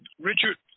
Richard